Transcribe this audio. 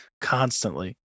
constantly